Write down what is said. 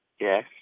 Yes